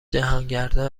جهانگردا